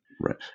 Right